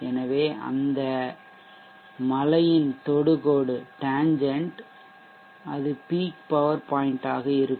எனவே அந்த மலையின் தொடுகோடு டேஞ்சென்ட் அது பீக் பவர் பாய்ன்ட் ஆக இருக்கும்